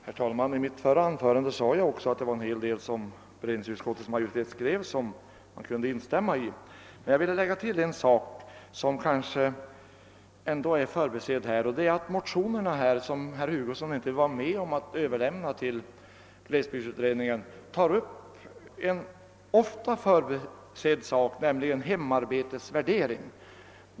Herr talman! I mitt förra anförande sade jag att jag kunde instämma i en hel del av det som beredningsutskottets majoritet skriver. Jag vill dock tillägga att motionerna, som herr Hugosson in te vill vara med om att överlämna till glesbygdsutredningen, också tar upp en ofta förbisedd fråga, nämligen hemarbetets värdering.